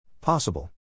Possible